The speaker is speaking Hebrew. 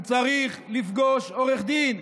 הוא צריך לפגוש עורך דין.